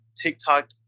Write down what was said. TikTok